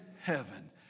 heaven